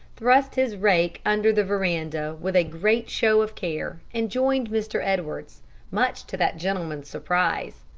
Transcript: thrust his rake under the veranda with a great show of care, and joined mr. edwards much to that gentleman's surprise.